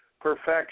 perfection